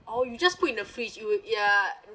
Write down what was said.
oh you just put in the fridge it would ya